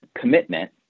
commitment